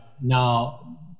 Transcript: now